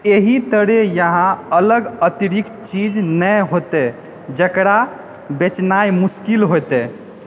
एहि तरहेँ यहाँ अलग अतिरिक्त चीज नहि होतै जेकरा बेचनाइ मुश्किल होतै